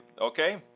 okay